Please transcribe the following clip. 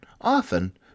often